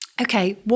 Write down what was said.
okay